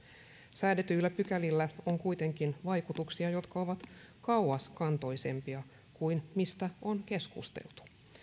säädetyillä pykälillä on kuitenkin vaikutuksia jotka ovat kauaskantoisempia kuin mistä on keskusteltu